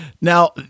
Now